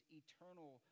eternal